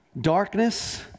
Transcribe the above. darkness